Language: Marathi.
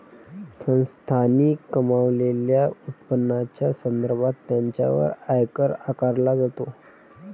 संस्थांनी कमावलेल्या उत्पन्नाच्या संदर्भात त्यांच्यावर आयकर आकारला जातो